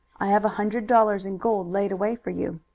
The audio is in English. i have a hundred dollars in gold laid away for you.